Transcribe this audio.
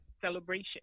celebration